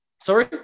Sorry